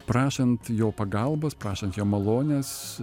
prašant jo pagalbos prašant jo malonės